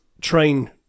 train